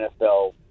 NFL